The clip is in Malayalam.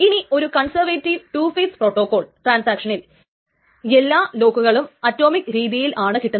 ഇനി ഒരു കൺസർവേറ്റിവ് ടു ഫെയിസ് പ്രോട്ടോകോൾ ട്രാൻസാക്ഷനിൽ എല്ലാ ലോക്കുകളും അറ്റോമിക് രീതിയിൽ ആണ് കിട്ടുന്നത്